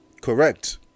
correct